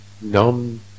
numb